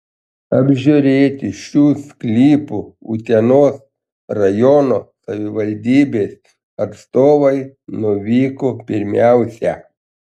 apžiūrėti šių sklypų utenos rajono savivaldybės atstovai nuvyko pirmiausia